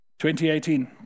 2018